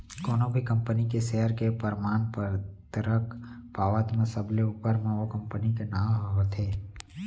कोनो भी कंपनी के सेयर के परमान पतरक पावत म सबले ऊपर म ओ कंपनी के नांव ह होथे